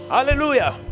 Hallelujah